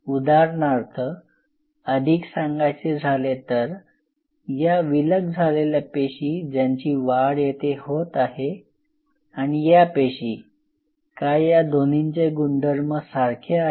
उदाहरणार्थ अधिक सांगायचे झाले तर या विलग झालेल्या पेशी ज्यांची वाढ येथे होत आहे आणि या पेशी काय या दोन्हींचे गुणधर्म सारखे आहेत